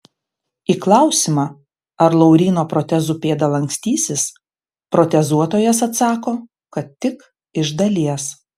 į klausimą ar lauryno protezų pėda lankstysis protezuotojas atsako kad tik iš dalies